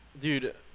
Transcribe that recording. Dude